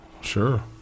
Sure